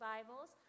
Bibles